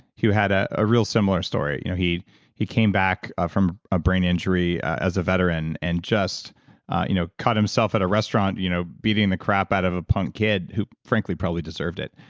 who had a a real similar story. you know he he came back from a brain injury as a veteran, and just you know caught himself at a restaurant you know beating the crap out of a punk kid, who frankly probably deserved it.